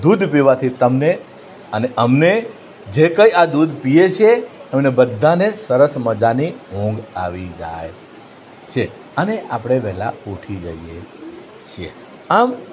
દૂધ પીવાથી તમને અને અમને જે કંઈ આ દૂધ પીએ છે એમણે બધાને સરસ મજાની ઊંઘ આવી જાય છે અને આપણે વહેલા ઉઠી જઈએ છીએ આમ